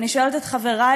אני שואלת את חבריי,